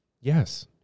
yes